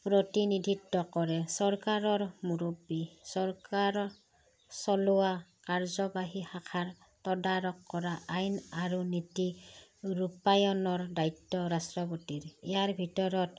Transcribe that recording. প্ৰতিনিধিত্ব কৰে চৰকাৰৰ মুৰব্বী চৰকাৰৰ চলোৱা কাৰ্যবাহী শাখাৰ তদাৰক কৰা আইন আৰু নীতি ৰূপায়নৰ দায়িত্ব ৰাষ্ট্ৰপতিৰ ইয়াৰ ভিতৰত